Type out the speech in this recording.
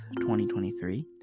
2023